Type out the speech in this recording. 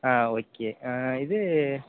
ஆ okay இது